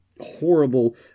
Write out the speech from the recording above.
horrible